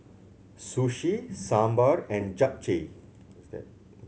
Sushi Sambar and Japchae